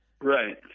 Right